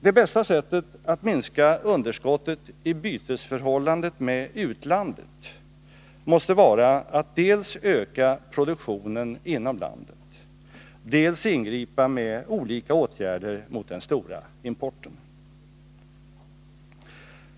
Det bästa sättet att minska det stora underskottet i bytesförhållandet med utlandet måste vara att dels öka produktionen inom landet, dels ingripa med olika åtgärder mot den stora importen.